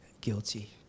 guilty